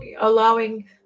allowing